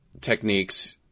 techniques